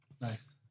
Nice